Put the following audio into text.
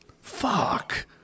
Fuck